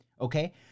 okay